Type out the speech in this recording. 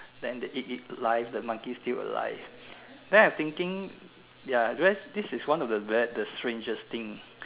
then they eat it live the monkey still alive then I thinking ya then this is one of the strangest thing